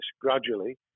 gradually